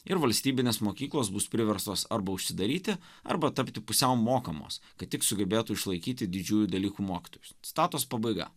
ir valstybinės mokyklos bus priverstos arba užsidaryti arba tapti pusiau mokamos kad tik sugebėtų išlaikyti didžiųjų dalykų mokytojus citatos pabaiga